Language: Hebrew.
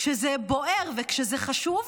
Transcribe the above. כשזה בוער וכשזה חשוב,